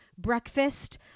breakfast